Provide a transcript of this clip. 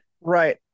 Right